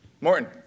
Morton